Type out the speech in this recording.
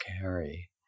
carry